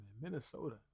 Minnesota